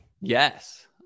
yes